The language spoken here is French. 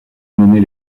mener